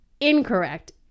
incorrect